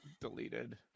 Deleted